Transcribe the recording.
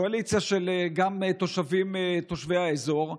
קואליציה של תושבי האזור,